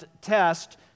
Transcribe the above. test